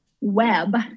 web